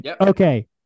Okay